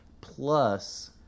plus